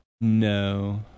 No